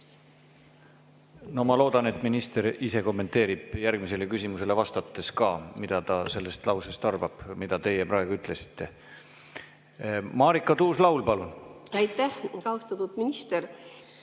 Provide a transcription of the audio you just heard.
Ma loodan, et minister ise kommenteerib järgmisele küsimusele vastates, mida ta arvab sellest lausest, mida teie praegu ütlesite. Marika Tuus-Laul, palun! Aitäh! Austatud minister!